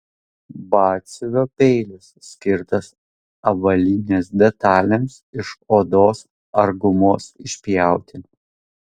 batsiuvio peilis skirtas avalynės detalėms iš odos ar gumos išpjauti